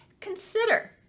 consider